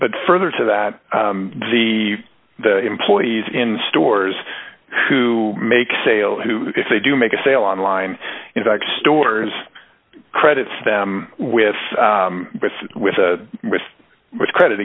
but further to that the the employees in stores to make sale who if they do make a sale online in fact stores credits them with with with a with credit